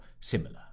similar